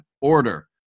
order